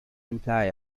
imply